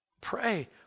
pray